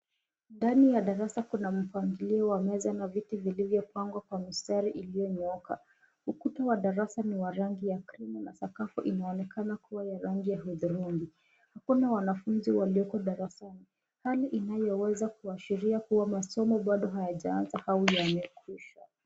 Ndani ya darasa kuna mpangilio wa meza na viti vilivyo pangwa kwa mistari iliyo nyooka. Ukuta wa darasa ni wa rangi ya krimu na sakafu inaonekana kuwa ni ya rangi ya hudhurungi. Hakuna wanafunzi walioko darasani hali inayoweza kuashiria kwamba masomo bado hayajaanza au yamekwisha.